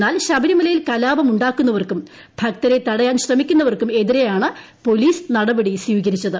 എന്നാൽ ശബരിമലയിൽ കലാപമുണ്ടാക്കുന്നവർക്കും ഭക്തരെ തടയാൻ ശ്രമിക്കുന്നവർക്കും എതിരെയാണ് പോലീസ് നടപടി സ്വീകരിച്ചത്